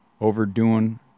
overdoing